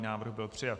Návrh byl přijat.